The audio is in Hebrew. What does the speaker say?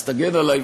אז תגן עלי,